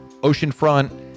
Oceanfront